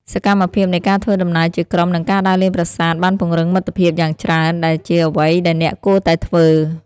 សកម្មភាពនៃការធ្វើដំណើរជាក្រុមនិងការដើរលេងប្រាសាទបានពង្រឹងមិត្តភាពយ៉ាងច្រើន ដែលជាអ្វីដែលអ្នកគួរតែធ្វើ។